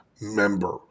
member